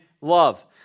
love